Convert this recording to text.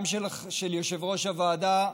גם של יושב-ראש הוועדה,